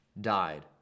died